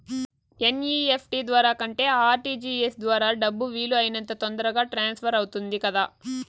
NEFT ద్వారా కంటే RTGS ద్వారా డబ్బు వీలు అయినంత తొందరగా ట్రాన్స్ఫర్ అవుతుంది కదా